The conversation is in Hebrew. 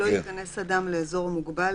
אז אפשר להכניס בנעליה של רח"ל את הרשות המקומית.